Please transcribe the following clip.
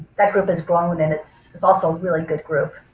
that group has grown and it's it's also a really good group.